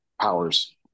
powers